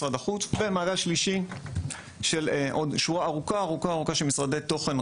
משרד החוץ ומעגל שלישי של עוד שורה ארוכה-ארוכה של משרדי תוכן,